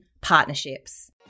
partnerships